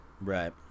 right